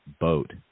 boat